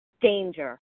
danger